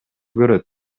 көрөт